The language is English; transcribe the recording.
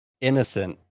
innocent